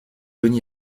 johnny